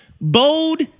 bold